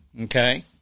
Okay